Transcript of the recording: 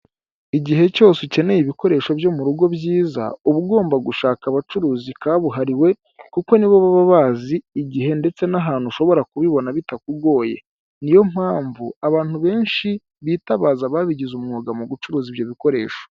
Igihe cyose ukeneye ibikoresho byo mu rugo byiza uba ugomba gushaka abacuruzi kabuhariwe kuko nibo baba bazi igihe ndetse n'ahantu ushobora kubibona bitakugoye, niyo mpamvu abantu benshi bitabaza ababigize umwuga mu gucuruza ibyo bikoresho.